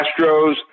Astros